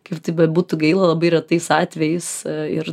kaip bebūtų gaila labai retais atvejais ir